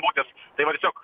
kokias tai va tiesiog